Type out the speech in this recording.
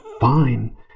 fine